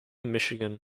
michigan